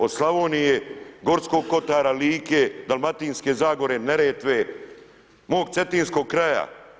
Od Slavonije, Gorskog kotara, Like, Dalmatinske zagore, Neretve, mog cetinskog kraja.